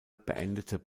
beendete